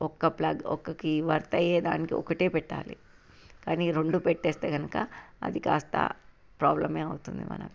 ఒక్క ప్లగ్ ఒక్క key worth అయ్యే దానికి ఒకటే పెట్టాలి కానీ రెండు పెట్టేస్తే కనుక అది కాస్త ప్రాబ్లమే అవుతుంది మనకు